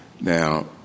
Now